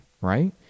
right